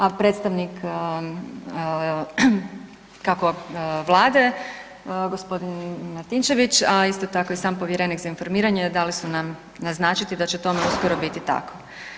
A predstavnik kako Vlade g. Martinčević, a isto tako i sam povjerenik za informiranje dali su nam naznačiti da će tome uskoro biti tako.